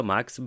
Max